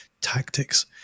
tactics